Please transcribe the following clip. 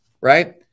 right